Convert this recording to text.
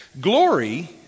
Glory